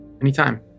Anytime